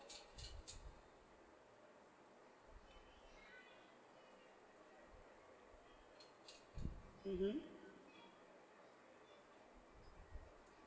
mmhmm